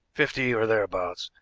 fifty or thereabouts,